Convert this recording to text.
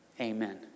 Amen